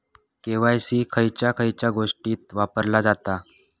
KYC खयच्या खयच्या गोष्टीत वापरला जाता?